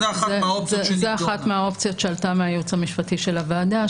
זאת אחת מהאופציות שעלתה מהייעוץ המשפטי של הוועדה,